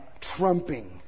trumping